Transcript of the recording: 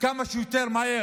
כמה שיותר מהר.